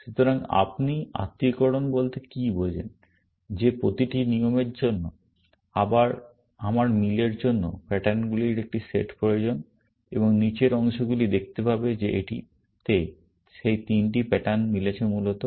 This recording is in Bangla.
সুতরাং আপনি আত্মীকরণ বলতে কি বোঝেন যে প্রতিটি নিয়মের জন্য আমার মিলের জন্য প্যাটার্নগুলির একটি সেট প্রয়োজন এবং নীচের অংশগুলি দেখতে পাবে যে এটিতে সেই তিনটি প্যাটার্ন মিলেছে মূলত